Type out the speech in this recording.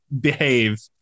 behave